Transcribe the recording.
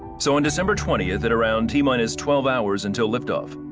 so on december twentieth, at around t-minus twelve hours until lift off,